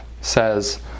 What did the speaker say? says